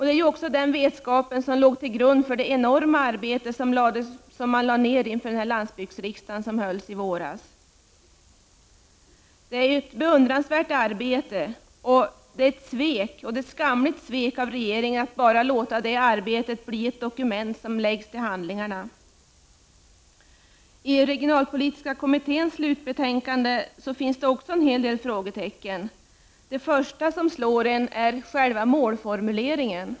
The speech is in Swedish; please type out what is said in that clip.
Det är också den vetskapen som utgör grunden för det enorma arbete som låg bakom landsbygdsriksdagen i våras. Det här är ju ett beundransvärt arbete. Det är ett skamligt svek av regeringen att låta det arbetet bara bli ett dokument som läggs till handlingarna. När det gäller regionalpolitiska kommitténs slutbetänkande finns det också en hel del frågetecken. Det första som slår en är själva målformuleringen.